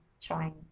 trying